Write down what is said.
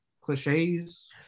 cliches